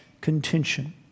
contention